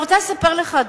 אני רוצה לספר לך,